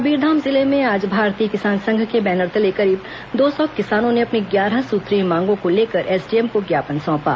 कबीरधाम जिले में आज भारतीय किसान संघ के बैनरतले करीब दो सौ किसानों ने अपनी ग्यारह सूत्रीय मांगों को लेकर एसडीएम को ज्ञापन सौंपा